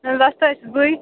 وۄستہٕ حَظ چھَس بٕے